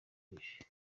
myinshi